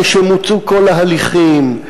כשמוצו כל ההליכים,